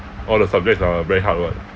all the subjects are very hard [what]